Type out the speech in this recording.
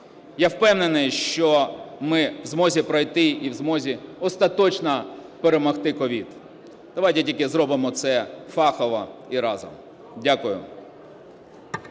Я впевнений, що ми в змозі пройти і в змозі остаточно перемогти COVID. Давайте тільки зробимо це фахово і разом. Дякую.